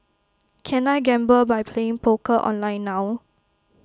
can I gamble by playing poker online now